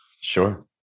Sure